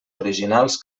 originals